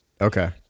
Okay